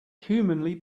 humanly